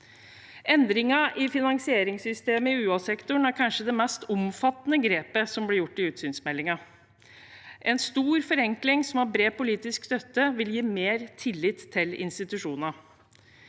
Endringen i finansieringssystemet i UH-sektoren er kanskje det mest omfattende grepet som blir gjort i utsynsmeldingen. En stor forenkling som har bred politisk støtte, vil gi mer tillit til institusjoner.